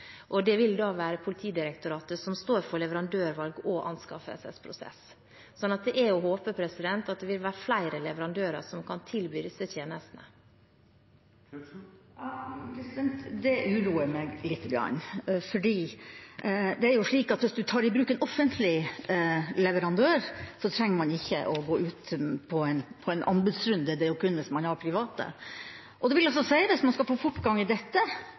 og det vil da være Politidirektoratet som står for leverandørvalg og anskaffelsesprosess. Det er å håpe at det vil være flere leverandører som kan tilby disse tjenestene. Det uroer meg lite grann, for hvis man tar i bruk en offentlig leverandør, trenger man ikke å ha en anbudsrunde. Det er kun hvis man har private. Hvis man skal få fortgang i dette, kan regjeringa tenke seg å gå ut på et internasjonalt marked? Det må man jo gjøre hvis man skal